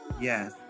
Yes